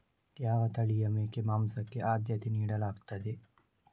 ಯಾವ ತಳಿಯ ಮೇಕೆ ಮಾಂಸಕ್ಕೆ ಆದ್ಯತೆ ನೀಡಲಾಗ್ತದೆ?